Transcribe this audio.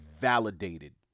validated